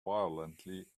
violently